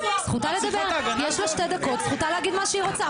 זכותה לומר מה שהיא רוצה.